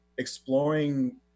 Exploring